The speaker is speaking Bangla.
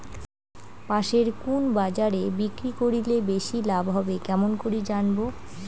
পাশের কুন বাজারে বিক্রি করিলে বেশি লাভ হবে কেমন করি জানবো?